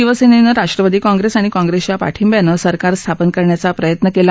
शिवसेनेनं राष्ट्रवादी काँग्रेस आणि काँग्रेसच्या पाठिष्ट्रानं सरकार स्थापन करण्याचा प्रयत्न केला